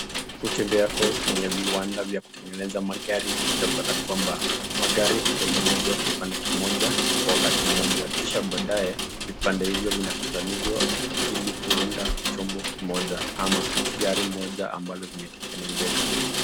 kutembea kwao kwenye viwanda vya kutengeneza magari utapata kwamba magari hutengenezwa kibande kimoja kwa wakati moja kisha baadae vibande hivyo hukutanishwa ili kuunda chombo kimoja ama gari moja ambalo imetengenezeka.